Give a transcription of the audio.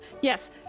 Yes